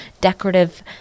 decorative